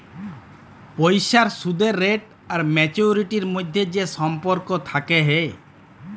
পইসার সুদের রেট আর ম্যাচুয়ারিটির ম্যধে যে সম্পর্ক থ্যাকে হ্যয়